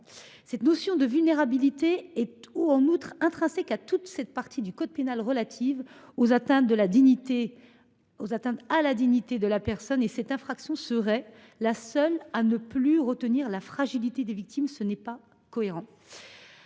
Cette notion de vulnérabilité est en outre intrinsèque à toute la partie du code pénal relative aux atteintes à la dignité de la personne, et cette infraction serait la seule à ne plus retenir la fragilité des victimes, ce qui ne serait pas cohérent.